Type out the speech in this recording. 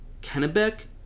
Kennebec